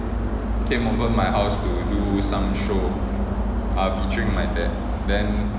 came over my house to do some show featuring my dad then